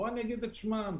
ואני אגיד את שמם: